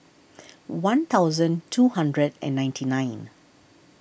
one thousand two hundred and ninety nine